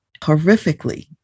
horrifically